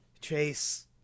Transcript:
Chase